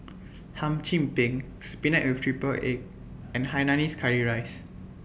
Hum Chim Peng Spinach with Triple Egg and Hainanese Curry Rice